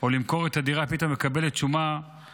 או למכור את הדירה, ופתאום מקבלת שומה